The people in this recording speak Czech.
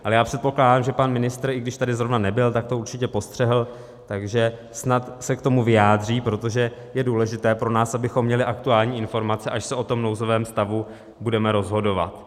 Ale já předpokládám, že pan ministr, i když tady zrovna nebyl, tak to určitě postřehl, takže snad se k tomu vyjádří, protože je důležité pro nás, abychom měli aktuální informace, až se o tom nouzovém stavu budeme rozhodovat.